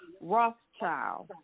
Rothschild